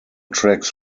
tracks